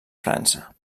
frança